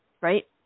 right